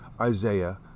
Isaiah